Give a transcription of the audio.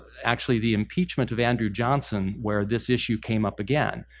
actually, the impeachment of andrew johnson where this issue came up again.